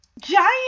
giant